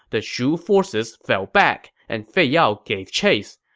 the shu forces fell back, and fei yao gave chase.